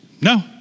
No